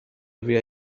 بیا